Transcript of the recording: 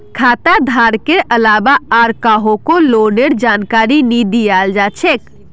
खाता धारकेर अलावा आर काहको लोनेर जानकारी नी दियाल जा छे